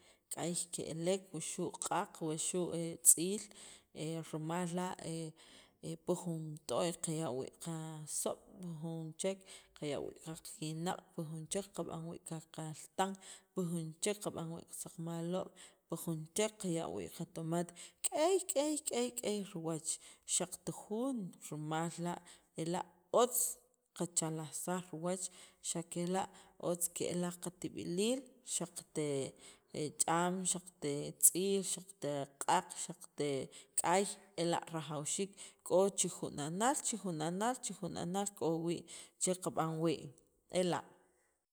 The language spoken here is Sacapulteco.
k'ay ke'lek wuxu' q'aq wuxu' tz'iil rima la' pi jun t'o'y qaya' wii' qasoob' jun chek qaya' wii' qakinaq' pi jun chek qab'an wii' qakaltan, pi jun chek qab'an wii' saqmaloob' pi jun chek qaya' wii' qatomate k'ey k'ey k'ey riwach xaqt jun rimal la' ela' otz qachalajsaj riwach xa' kela' otz ke'l laj qatib'iliil xaqt ch'aam, xaqt e tz'iil xaqt q'aq xaqt k'ay ela' rajawxiik k'o chijuna'naal chijuna'naal chijuna'nal k'o wii' che qab'an wii' ela'.